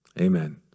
Amen